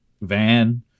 van